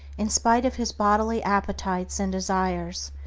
in spite of his bodily appetites and desires,